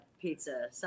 pizza